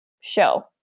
show